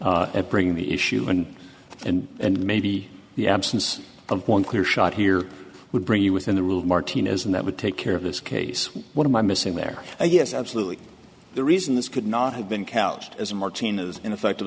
shot at bringing the issue in and and maybe the absence of one clear shot here would bring you within the rules martinez and that would take care of this case what am i missing there yes absolutely the reason this could not have been couched as a martina's ineffective